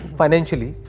financially